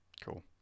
Cool